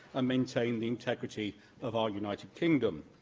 ah maintain the integrity of our united kingdom.